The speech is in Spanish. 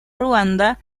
ruanda